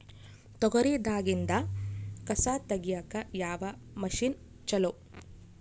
ತೊಗರಿ ದಾಗಿಂದ ಕಸಾ ತಗಿಯಕ ಯಾವ ಮಷಿನ್ ಚಲೋ?